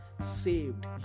saved